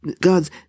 God's